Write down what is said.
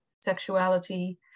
sexuality